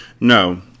No